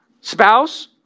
spouse